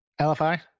LFI